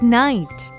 night